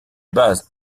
base